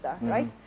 right